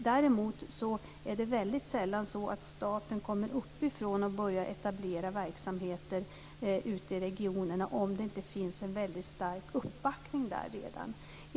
Däremot är det väldigt sällan så att staten uppifrån börjar att etablera verksamheter ute i regionerna, om det inte redan finns en väldigt stark uppbackning där.